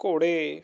ਘੋੜੇ